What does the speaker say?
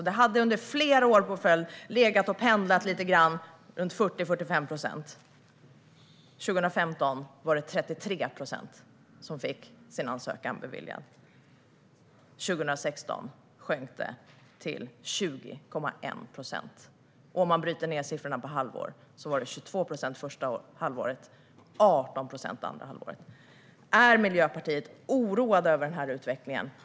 Den hade under flera år i följd legat och pendlat lite grann runt 40, 45 procent. År 2015 var det 33 procent som fick sin ansökan beviljad. År 2016 sjönk det till 20,1 procent. Om man bryter ned siffrorna på halvår var det 22 procent första halvåret och 18 procent andra halvåret. Är Miljöpartiet oroat över den utvecklingen?